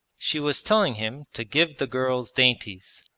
she was telling him to give the girls dainties,